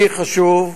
לי חשוב,